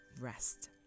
rest